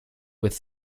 with